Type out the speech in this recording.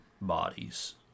bodies